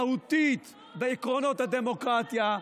מהותית בעקרונות הדמוקרטיה,